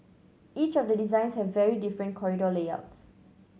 each of the designs have very different corridor layouts